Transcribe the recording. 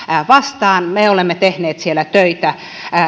vastaan me olemme tehneet siellä töitä